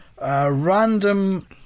Random